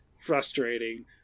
frustrating